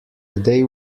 they